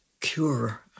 cure